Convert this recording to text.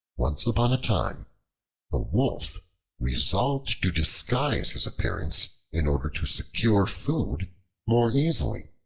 once upon a time a wolf resolved to disguise his appearance in order to secure food more easily.